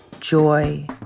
joy